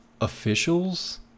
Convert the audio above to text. officials